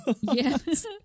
yes